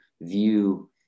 view